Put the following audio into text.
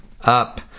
up